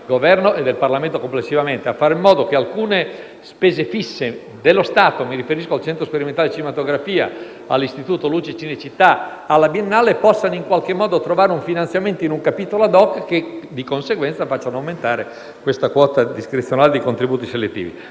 Governo e del Parlamento complessivamente - alcune spese fisse dello Stato (mi riferisco al Centro sperimentale di cinematografia, all’Istituto Luce-Cinecittà, alla Biennale) possano trovare un finanziamento in un capitolo ad hoc, che di conseguenza faccia aumentare questa quota discrezionale di contributi selettivi.